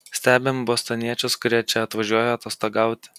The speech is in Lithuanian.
stebim bostoniečius kurie čia atvažiuoja atostogauti